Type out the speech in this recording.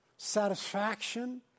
Satisfaction